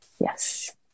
Yes